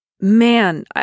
Man